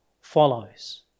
follows